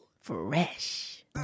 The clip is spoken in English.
fresh